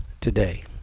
today